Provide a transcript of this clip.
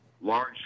Large